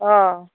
अ